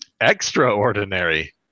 Extraordinary